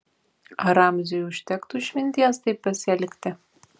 ar ramziui užtektų išminties taip pasielgti